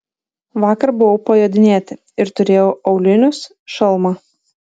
vakar buvau pajodinėti ir turėjau aulinius šalmą